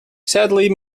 sadly